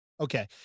Okay